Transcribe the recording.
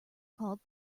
called